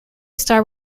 star